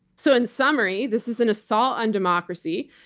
so in summary, this is an assault on democracy.